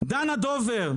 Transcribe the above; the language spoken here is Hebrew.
דנה דובר,